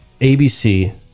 ABC